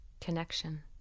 Connection